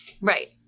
Right